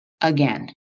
Again